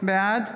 בעד